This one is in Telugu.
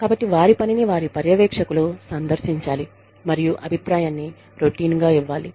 కాబట్టి వారి పనిని వారి పర్యవేక్షకులు సందర్శించాలి మరియు అభిప్రాయాన్ని రోటీన్ గా ఇవ్వాలి